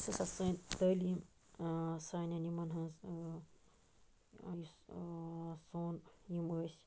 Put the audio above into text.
یُس ہَسا سٲنۍ تٔعلیٖم سانیٚن یِمن ہٕنٛز سۄن یِم ٲسۍ